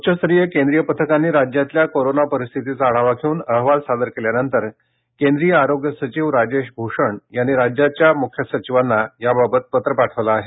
उच्चस्तरीय केंद्रीय पथकांनी राज्यातल्या कोरोना परिस्थितीचा आढावा घेऊन अहवाल सादर केल्यानंतर केंद्रीय आरोग्य सचिव राजेश भूषण यांनी राज्याच्या मुख्य सचिवांना याबाबत पत्र पाठवलं आहे